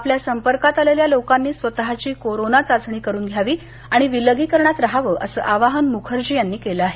आपल्या संपर्कात आलेल्या लोकांनी स्वतःची कोरोना चाचणी करून घ्यावी आणि विलगीकरणात रहाव अस आवाहन मुखर्जी यांनी केल आहे